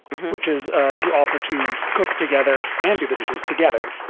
which is to offer to cook together and do the dishes together.